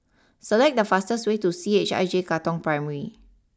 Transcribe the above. select the fastest way to C H I J Katong Primary